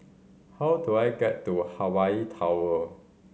how do I get to Hawaii Tower